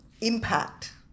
impact